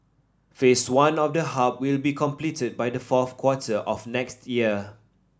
Phase One of the hub will be completed by the fourth quarter of next year